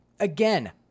Again